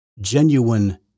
genuine